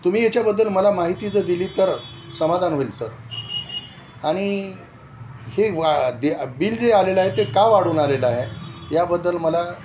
तुम्ही याच्याबद्दल मला माहिती जर दिली तर समाधान होईल सर आणि हे वा दे बिल जे आलेलं आहे ते का वाढून आलेलं आहे याबद्दल मला